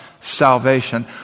salvation